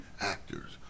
actors